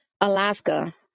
Alaska